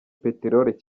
peteroli